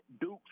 Dukes